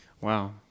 Wow